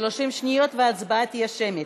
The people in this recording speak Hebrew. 30 שניות, וההצבעה תהיה שמית.